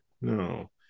No